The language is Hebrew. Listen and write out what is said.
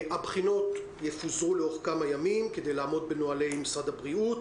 הבחינות יפוזרו על כמה ימים כדי לעמוד בנהלי משרד הבריאות,